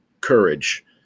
courage